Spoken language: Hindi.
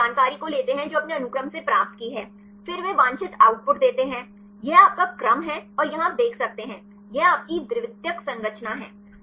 और वे उस जानकारी को लेते हैं जो आपने अनुक्रम से प्राप्त की है फिर वे वांछित आउटपुट देते हैं यह आपका क्रम है और यहां आप देख सकते हैं यह आपकी द्वितीयक संरचना है